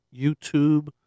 YouTube